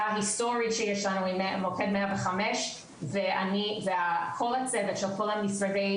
ריסטורית שיש לנו מוקד 105 ואני וכל הצוות של כל המשרדים,